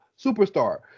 superstar